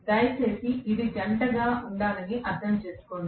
దయచేసి ఇది జంటగా ఉండాలని అర్థం చేసుకోండి